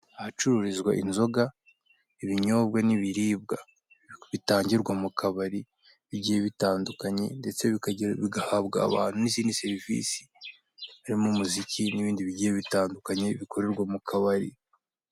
Ahacururizwa inzoga, ibinyobwa n'ibiribwa. Bitangirwa mu kabari bigiye bitandukanye, ndtese bigahabwa abantu n'izindi serivisi. Birimo umuziki n'ibindi bigiye bitandukanye bikorerwa mu kabari.